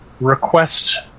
request